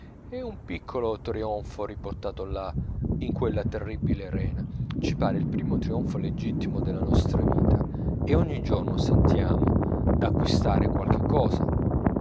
e un piccolo trionfo riportato là in quella terribile arena ci pare il primo trionfo legittimo della nostra vita e ogni giorno sentiamo d'acquistare qualche cosa